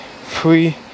free